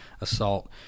assault